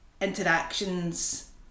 interactions